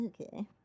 okay